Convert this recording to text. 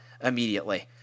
immediately